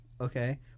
Okay